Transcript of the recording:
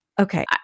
Okay